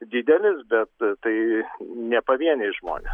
didelis bet tai ne pavieniai žmonės